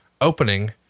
opening